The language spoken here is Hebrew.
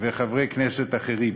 וחברי כנסת אחרים.